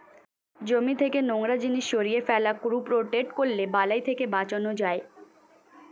জমি থেকে নোংরা জিনিস সরিয়ে ফেলা, ক্রপ রোটেট করলে বালাই থেকে বাঁচান যায়